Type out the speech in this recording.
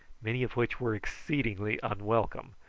many of which were exceedingly unwelcome.